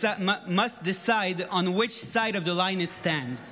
must decide on which side of the line it stands.